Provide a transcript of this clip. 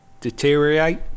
deteriorate